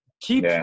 keep